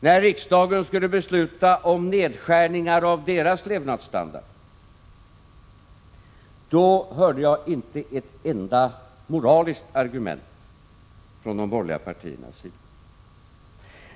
När riksdagen skulle besluta om nedskärningar av dessa gruppers levnadsstandard, då hörde vi inte ett enda moraliskt argument från de borgerliga partiernas sida.